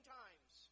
times